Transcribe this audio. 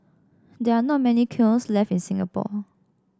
there are not many kilns left in Singapore